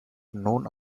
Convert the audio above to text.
known